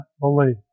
believe